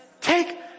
take